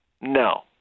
No